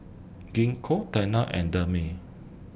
Gingko Tena and Dermale